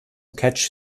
catch